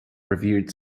revered